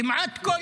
כמעט כל